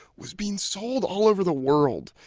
was being sold all over the world,